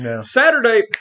Saturday